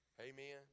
Amen